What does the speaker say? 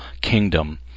kingdom